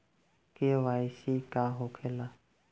KYC का होखेला?